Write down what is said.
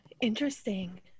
interesting